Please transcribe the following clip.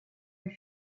elle